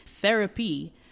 Therapy